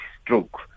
stroke